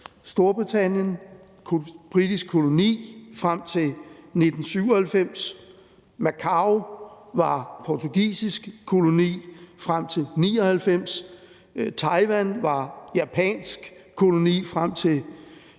Storbritannien og var en britisk koloni frem til 1997. Macao var en portugisisk koloni frem til 1999. Taiwan var en japansk koloni frem til 1945,